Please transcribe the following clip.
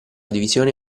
divisione